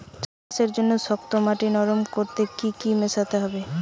চাষের জন্য শক্ত মাটি নরম করতে কি কি মেশাতে হবে?